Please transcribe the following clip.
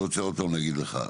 אני רוצה עוד פעם להגיד לך,